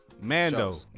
Mando